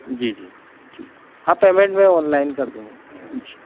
जी जी ठीक हाँ पेमेंट मैं ऑनलाइन कर दूँगा सर जी